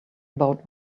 about